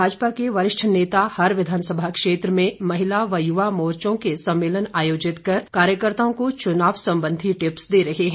भाजपा के वरिष्ठ नेता हर विधानसभा क्षेत्र में महिला व युवा मोर्चो के सम्मेलन आयोजन कर कार्यकर्त्ताओं को चुनाव संबंधी टिप्स दे रहे हैं